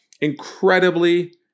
incredibly